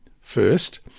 First